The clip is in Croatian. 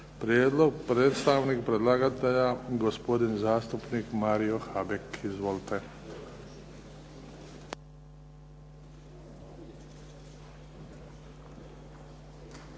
prijedlog? Predstavnik predlagatelja, gospodin zastupnik Mario Habek. Izvolite.